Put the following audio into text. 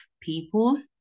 people